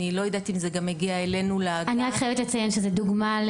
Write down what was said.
אני לא יודעת אם זה הגיע אלינו לאגף --- (אומרת דברים בשפת הסימנים,